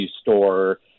store